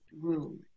room